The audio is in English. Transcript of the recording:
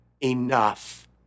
enough